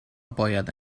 باید